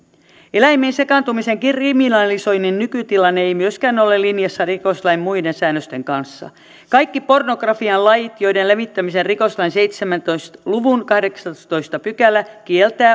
eläimiin sekaantumisen kriminalisoinnin nykytilanne ei myöskään ole linjassa rikoslain muiden säännösten kanssa kaikki pornografian lajit joiden levittämisen rikoslain seitsemäntoista luvun kahdeksastoista pykälä kieltää